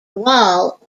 wall